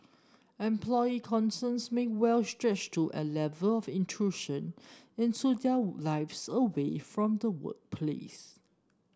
employee concerns may well stretch to A Level of intrusion into their lives away from the workplace